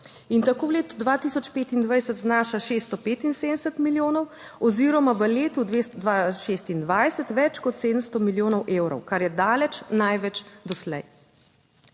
in tako v letu 2025 znaša 675 milijonov oziroma v letu 2026 več kot 700 milijonov evrov, kar je daleč največ doslej.